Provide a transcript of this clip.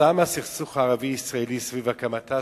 כתוצאה מהסכסוך הישראלי ערבי סביב הקמתה